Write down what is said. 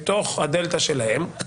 מתוך הדלתא שלהם,